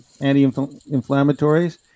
anti-inflammatories